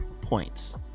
points